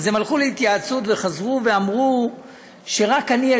הם הלכו להתייעצות וחזרו ואמרו שרק אני,